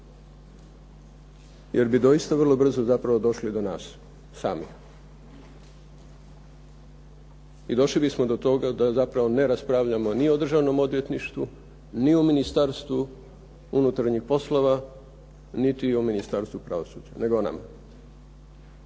jer bi doista vrlo brzo zapravo došli do nas sami. I došli bismo do toga da zapravo ne raspravljamo ni o Državnom odvjetništvu, ni o Ministarstvu unutarnjih poslova, niti o Ministarstvu pravosuđa. Nego o nama.